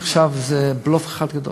עכשיו, זה בלוף אחד גדול,